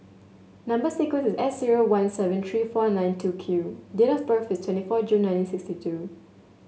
number sequence is S zero one seven three four nine two Q date of birth is twenty four June nineteen sixty two